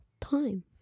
time